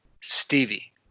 Stevie